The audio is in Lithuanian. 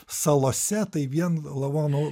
salose tai vien lavonų